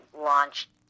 launched